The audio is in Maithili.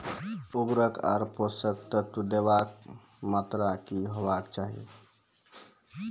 उर्वरक आर पोसक तत्व देवाक मात्राकी हेवाक चाही?